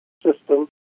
system